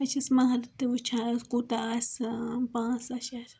پَتہ چھِ أسۍ مَہَر تہِ وُچھان أمِس کوتاہ آسہِ پانژھ لَچھ